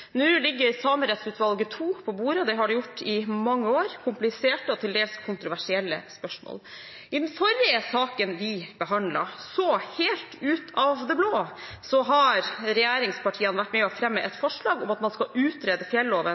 Nå ligger Samerettsutvalget II på bordet, og det har det gjort i mange år – kompliserte og til dels kontroversielle spørsmål. I den forrige saken vi behandlet, har regjeringspartiene – helt ut av det blå – vært med på å fremme et forslag om at man skal utrede fjelloven,